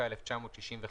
השתכ"ה 1965,